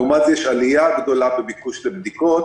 לעומת זה יש עלייה גדולה בביקוש לבדיקות.